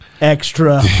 extra